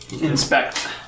Inspect